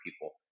people